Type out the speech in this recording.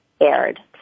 aired